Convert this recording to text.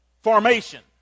formation